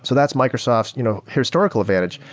so that's microsoft's you know historical advantage.